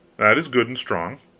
that is good and strong.